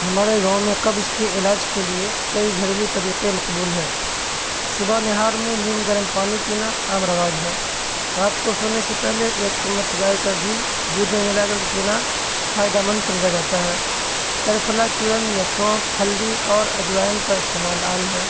ہمارے گاؤں میں قبض کے علاج کے لیے کئی گھریلو طریقے مقبول ہیں صبح نہار منہ نیم گرم پانی پینا عام رواج ہے رات کو سونے سے پہلے ایک چممچ گائے کا گھی دودھ ملا کر کے پینا فائدہ مند سمجھا جاتا ہے ترفلا چورن یا سونف ہلدی اور اجوائن کا استعمال عام ہے